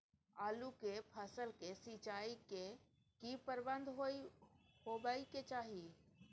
आलू के फसल के सिंचाई के की प्रबंध होबय के चाही?